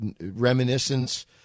reminiscence